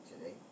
today